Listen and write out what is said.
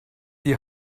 die